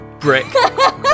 Brick